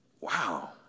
Wow